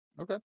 Okay